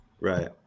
right